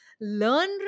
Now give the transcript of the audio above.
learn